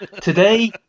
Today